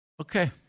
Okay